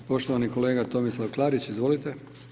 Poštovani kolega Tomislav Klarić, izvolite.